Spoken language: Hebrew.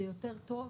זה יותר טוב,